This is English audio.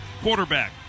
quarterback